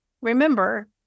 Remember